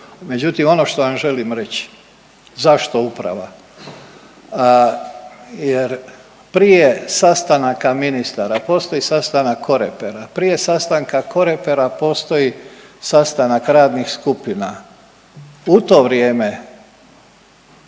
međutim ono što vam želim reći zašto uprava? Jer prije sastanaka ministara postoji sastanak korepera. Prije sastanka korepera postoji sastanak radnih skupina. U to vrijeme